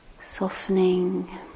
softening